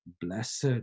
blessed